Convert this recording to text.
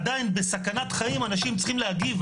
עדיין בסכנת חיים אנשים צריכים להגיב,